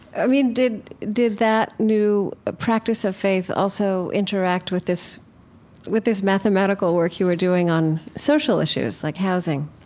i mean, did did that new practice of faith also interact with this with this mathematical work you were doing on social issues like housing?